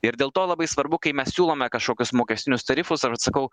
ir dėl to labai svarbu kai mes siūlome kažkokius mokestinius tarifus ar vat sakau